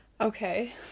Okay